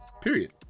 period